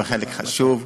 וחלק חשוב,